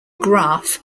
graph